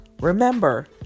Remember